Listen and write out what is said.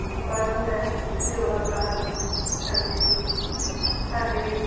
ਪਰ ਮੈਂ ਯੋਗਾ ਕਲਾਸ ਕਰਦੀ ਸੀ ਸਾਡੇ